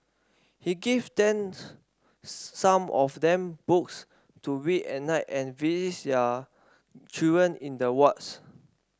he gives them some of them books to read at night and visits their children in the wards